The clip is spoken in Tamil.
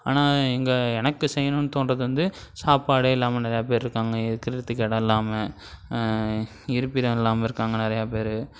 ஆனால் இங்கே எனக்கு செய்யணுன்னு தோன்றது வந்து சாப்பாடே இல்லாமல் நிறையா பேர் இருக்காங்க இருக்கறதுக்கு இடம் இல்லாமல் இருப்பிடம் இல்லாமல் இருக்காங்க நிறையா பேர்